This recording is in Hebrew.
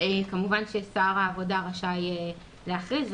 כמובן ששר העבודה רשאי להכריז.